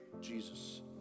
Jesus